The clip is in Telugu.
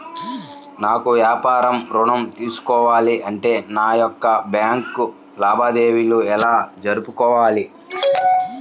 నాకు వ్యాపారం ఋణం తీసుకోవాలి అంటే నా యొక్క బ్యాంకు లావాదేవీలు ఎలా జరుపుకోవాలి?